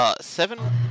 Seven